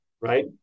right